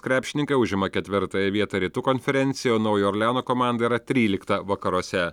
krepšininkai užima ketvirtąją vietą rytų konferencijoj o naujojo orleano komanda yra trylikta vakaruose